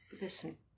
Listen